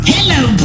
Hello